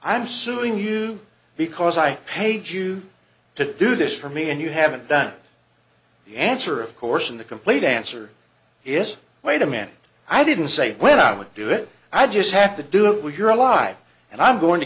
i'm suing you because i paid you to do this for me and you haven't done the answer of course and a complete answer is wait a minute i didn't say when i would do it i just have to do it while you're alive and i'm going to